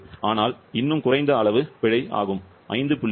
ஆனால் இன்னும் குறைந்த அளவு பிழை 5